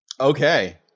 okay